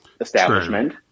establishment